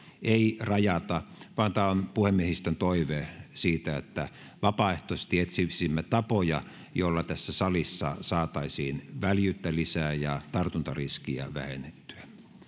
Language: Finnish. ei rajata vaan tämä on puhemiehistön toive siitä että vapaaehtoisesti etsisimme tapoja joilla tässä salissa saataisiin väljyyttä lisää ja tartuntariskiä vähennettyä